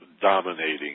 dominating